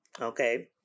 Okay